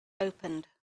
opened